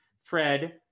Fred